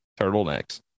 turtlenecks